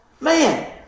Man